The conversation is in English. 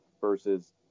versus